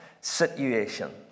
situation